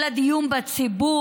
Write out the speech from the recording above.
אלא דיון בציבור,